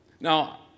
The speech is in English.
Now